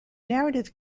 narrative